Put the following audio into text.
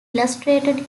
illustrated